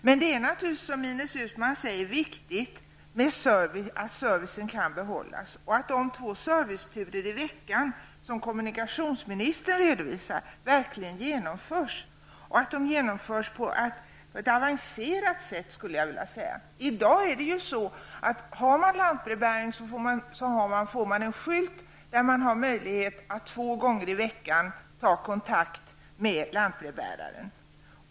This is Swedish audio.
Men det är naturligtvis, som Ines Uusmann säger, viktigt att servicen kan behållas och att de två serviceturer i veckan som kommunikationsministern redovisar verkligen genomförs, och att de genomförs på ett avancerat sätt, skulle jag vilja säga. I dag går det till på så sätt att den som har lantbrevbäring får en skylt och där har man möjlighet att två gånger i veckan ta kontakt med lantbrevbäraren.